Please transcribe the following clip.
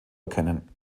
erkennen